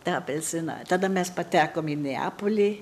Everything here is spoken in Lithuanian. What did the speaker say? tą apelsiną tada mes patekom į neapolį